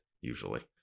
usually